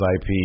IP